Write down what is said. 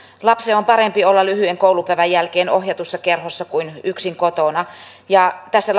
lapsen on parempi olla lyhyen koulupäivän jälkeen ohjatussa kerhossa kuin yksin kotona tässä